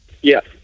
Yes